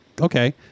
Okay